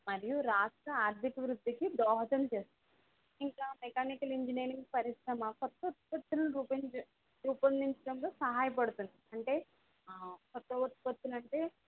మరియు రాష్ట్ర ఆర్ధిక వృద్ధికి దోహదం చేస్తుంది ఇంకా మెకానికల్ ఇంజినీరింగ్ పరిశ్రమ క్రొత్త ఉత్పత్తులను రూపొందించడంలో సహాయపడుతుంది అంటే క్రొత్త ఉత్పత్తులు అంటే